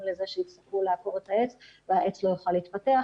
לזה שיצטרכו לעקור את העץ והעץ לא יוכל להתפתח,